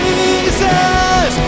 Jesus